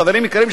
חברים יקרים,